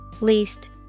least